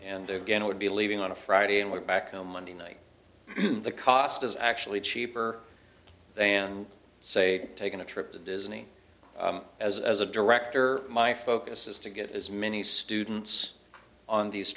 and again would be leaving on a friday and we're back on monday night the cost is actually cheaper than say taking a trip to disney as a director my focus is to get as many students on these